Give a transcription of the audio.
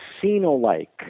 casino-like